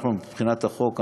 מבחינת החוק,